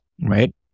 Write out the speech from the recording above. right